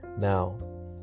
Now